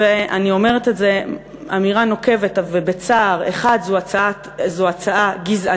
ואני אומרת אמירה נוקבת ובצער, זו הצעה גזענית